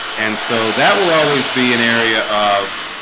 and so that will always be an area of